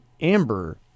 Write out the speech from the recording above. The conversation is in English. Amber